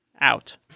out